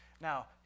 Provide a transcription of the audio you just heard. Now